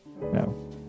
No